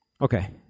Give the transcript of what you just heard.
Okay